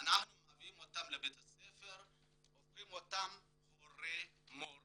ומביאים אותם לבית הספר והופכים אותם להורה-מורה.